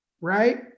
right